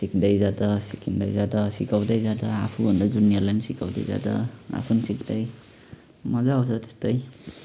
सिक्दै जाँदा सिकिँदै जाँदा सिकाउँदै जाँदा आफू भन्दा जुनियरलाई पनि सिकाउँदै जाँदा आफू पनि सिक्दै मजा आउँछ त्यस्तै